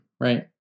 right